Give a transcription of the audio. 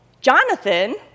Jonathan